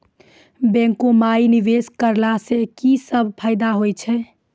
बैंको माई निवेश कराला से की सब फ़ायदा हो छै?